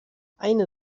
eine